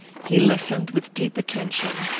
he listened with deep attention,